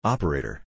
Operator